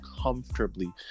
comfortably